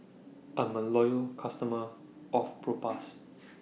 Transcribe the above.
I'm A Loyal customer of Propass